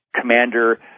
commander